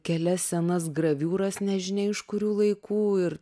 kelias senas graviūras nežinia iš kurių laikų ir